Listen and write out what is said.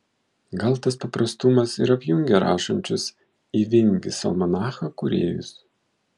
gal tas paprastumas ir apjungia rašančius į vingis almanachą kūrėjus